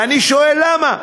ואני שואל: למה?